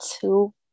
two